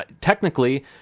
technically